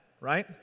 right